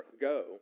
go